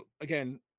again